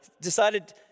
decided